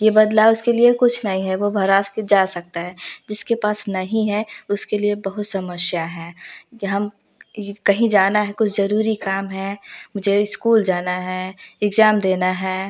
ये बदलाव उसके लिए कुछ नहीं है वो भरा के जा सकता है जिसके पास नहीं है उसके लिए बहुत समस्या है कि हम कहीं जाना है कुछ जरूरी काम है मुझे इस्कूल जाना है इक्ज़ाम देना है